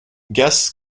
guests